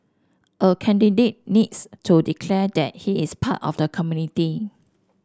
a candidate needs to declare that he is part of the community